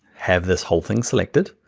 have this whole thing selected,